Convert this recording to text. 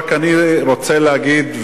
אני רוצה להגיד,